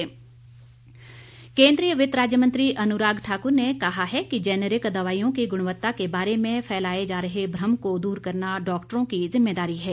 अनुराग केन्द्रीय वित्त राज्य मंत्री अनुराग ठाकुर ने कहा है कि जेनरिक दवाईयों की गुणवत्ता के बारे में फैलाए जा रहे भ्रम को दूर करना डॉक्टरों की जिम्मेदारी है